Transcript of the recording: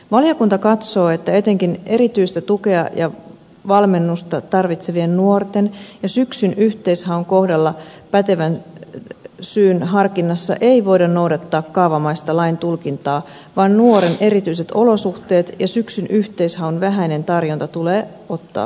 valiokunta katsoo että etenkin erityistä tukea ja valmennusta tarvitsevien nuorten ja syksyn yhteishaun kohdalla pätevän syyn harkinnassa ei voida noudattaa kaavamaista lain tulkintaa vaan nuoren erityiset olosuhteet ja syksyn yhteishaun vähäinen tarjonta tulee ottaa huomioon